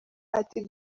ati